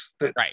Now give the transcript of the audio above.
right